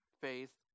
faith